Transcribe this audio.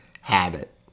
habit